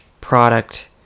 product